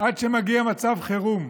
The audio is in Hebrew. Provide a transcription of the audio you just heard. עד שמגיע מצב חירום,